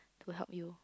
to help you